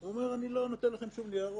הוא אומר: אני לא נותן לכם ניירות,